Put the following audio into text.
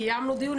קיימנו דיון.